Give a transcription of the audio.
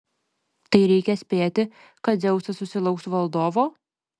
tai reikia spėti kad dzeusas susilauks valdovo